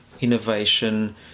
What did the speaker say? innovation